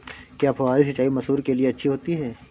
क्या फुहारी सिंचाई मसूर के लिए अच्छी होती है?